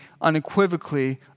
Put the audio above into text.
unequivocally